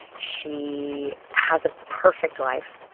she has a perfect life.